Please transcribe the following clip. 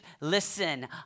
listen